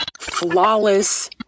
Flawless